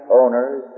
owners